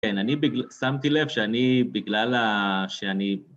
כן, אני בגל... שמתי לב שאני... בגלל ה... שאני...